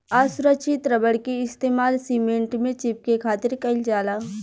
असुरक्षित रबड़ के इस्तेमाल सीमेंट में चिपके खातिर कईल जाला